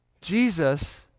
Jesus